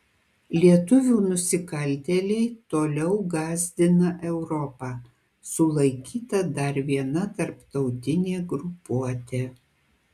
lietuvių nusikaltėliai toliau gąsdina europą sulaikyta dar viena tarptautinė grupuotė